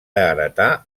heretar